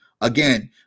again